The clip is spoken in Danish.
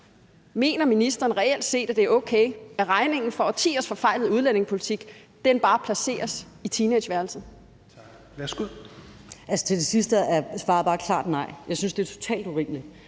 om ministeren reelt set mener, at det er okay, at regningen for årtiers forfejlede udlændingepolitik bare placeres i teenageværelset?